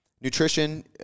Nutrition